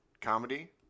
comedy